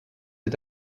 est